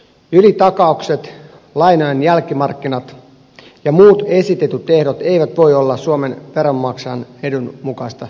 ylitakaukset lainojen jälkimarkkinat ja muut esitetyt ehdot eivät voi olla suomen veronmaksajan edun mukaista toimintaa